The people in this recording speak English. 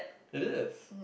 it is